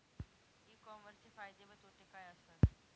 E कॉमर्सचे फायदे व तोटे काय असतात?